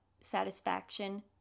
satisfaction